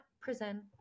prison